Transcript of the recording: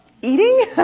eating